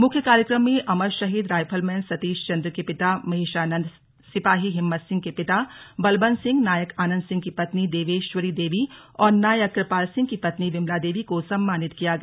मुख्य कार्यक्रम में अमर शहीद राइफलमैन सतीश चन्द्र के पिता महेशानन्द सिपाही हिम्मत सिंह के पिता बलबन्त सिंह नायक आनन्द सिंह की पत्नी देवश्वरी देवी और नायक कृपाल सिंह की पत्नी विमला देवी को सम्मानित किया गया